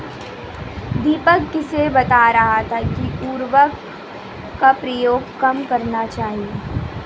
दीपक किसे बता रहा था कि उर्वरक का प्रयोग कम करना चाहिए?